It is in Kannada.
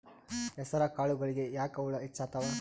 ಹೆಸರ ಕಾಳುಗಳಿಗಿ ಯಾಕ ಹುಳ ಹೆಚ್ಚಾತವ?